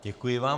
Děkuji vám.